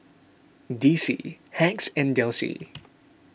D C Hacks and Delsey